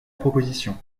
proposition